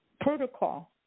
protocol